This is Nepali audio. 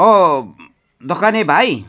औ दोकाने भाइ